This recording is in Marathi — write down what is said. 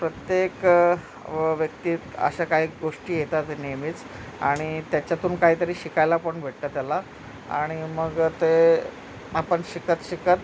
प्रत्येक व व्यक्तीत अशा काही गोष्टी येतात नेहमीच आणि त्याच्यातून काहीतरी शिकायला पण भेटतं त्याला आणि मग ते आपण शिकत शिकत